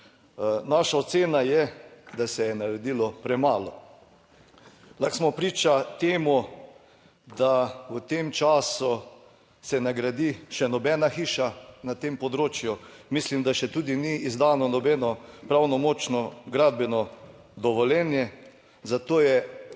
Naša ocena je, da se je naredilo premalo. Lahko smo priča temu, da v tem času se ne gradi še nobena hiša na tem področju, mislim, da še tudi ni izdano nobeno pravnomočno gradbeno dovoljenje. Zato je nekako